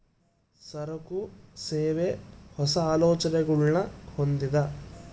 ಸರಕು, ಸೇವೆ, ಹೊಸ, ಆಲೋಚನೆಗುಳ್ನ ಹೊಂದಿದ